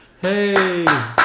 Hey